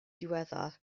ddiweddar